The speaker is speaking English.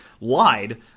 lied